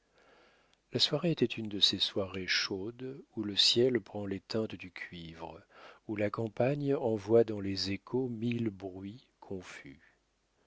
la soirée était une de ces soirées chaudes où le ciel prend les teintes du cuivre où la campagne envoie dans les échos mille bruits confus